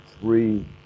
three